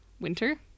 winter